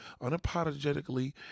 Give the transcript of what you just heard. unapologetically